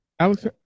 Alex